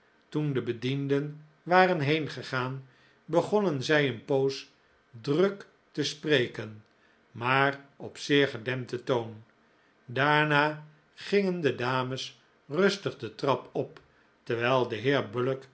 toen de bedienden waren heengegaan begonnen zij een poos druk te spreken maar op zeer gedempten toon daarna gingen de dames rustig de trap op terwijl de